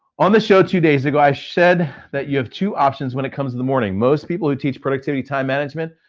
on this show two days ago, i said that you have two options when it comes to the morning. most people who teach productivity time management,